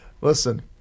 listen